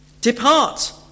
depart